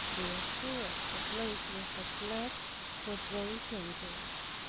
they assured us the place we had left was very dangerous.